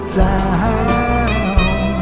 down